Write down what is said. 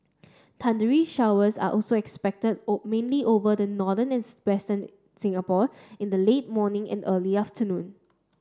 thundery showers are also expected old mainly over the northern and western Singapore in the late morning and early afternoon